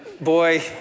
boy